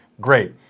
great